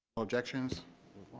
objections